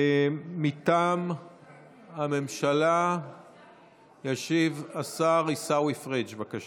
מטעם הממשלה ישיב השר עיסאווי פריג', בבקשה.